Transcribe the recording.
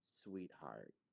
sweetheart